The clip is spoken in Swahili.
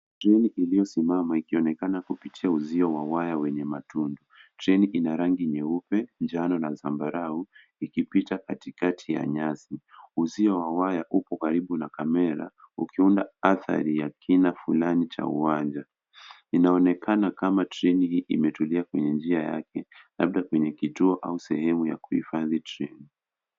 Treni iliyosimama ikionekana kupitia uzio wa waya wenye matundu. Treni ina rangi nyeupe, njano na zambarau ikipita katikati ya nyasi. Uzio wa waya uko karibu na kamera ukiunda athari ya kina fulani cha uwanja. Inaonekana kama treni hii imetulia kwenye njia yake, labda kwenye kituo au sehemu ya kuhifadhi treni.